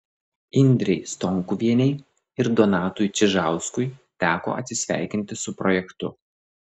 indrei stonkuvienei ir donatui čižauskui teko atsisveikinti su projektu